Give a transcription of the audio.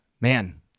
man